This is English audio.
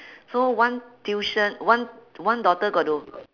so one tuition one one daughter got to